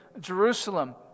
Jerusalem